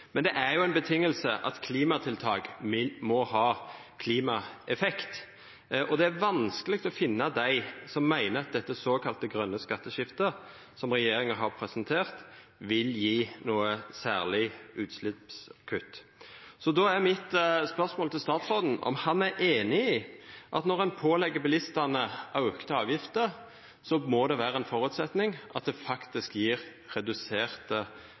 men det er jo eit vilkår at klimatiltak må ha klimaeffekt, og det er vanskeleg å finna dei som meiner at dette såkalla grøne skatteskiftet som regjeringa har presentert, vil gje noko særleg utsleppskutt. Då er mitt spørsmål til statsråden om han er einig i at når ein pålegg bilistane auka avgifter, må det vera ein føresetnad at det faktisk gjev reduserte